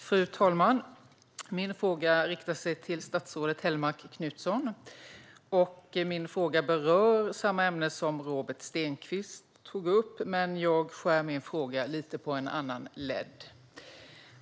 Fru talman! Min fråga riktar sig till statsrådet Hellmark Knutsson. Min fråga berör samma ämne som Robert Stenkvist tog upp, men jag skär min fråga på en annan ledd.